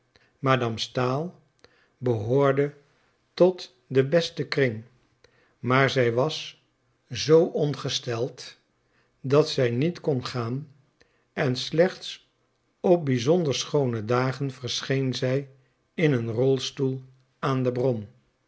madame stahl behoorde tot den besten kring maar zij was zoo ongesteld dat zij niet kon gaan en slechts op bizonder schoone dagen verscheen zij in een rolstoel aan de bron